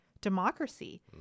democracy